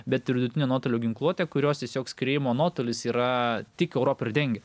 bet ir vidutinio nuotolio ginkluotę kurios tiesiog skriejimo nuotolis yra tik europą ir dengia